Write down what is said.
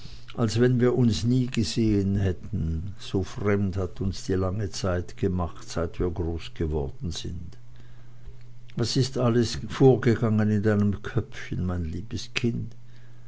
als wenn wir uns nie gesehen hätten so fremd hat uns die lange zeit gemacht seit wir groß geworden sind was ist alles vorgegangen in deinem köpfchen mein liebes kind